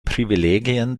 privilegien